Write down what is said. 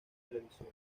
televisión